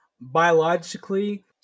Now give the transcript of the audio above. biologically